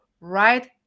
right